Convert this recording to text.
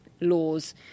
laws